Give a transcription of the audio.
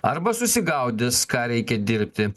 arba susigaudys ką reikia dirbti